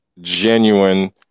genuine